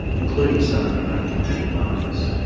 including some who are unaccompanied minors,